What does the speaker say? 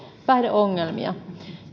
päihdeongelmia